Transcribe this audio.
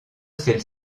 celle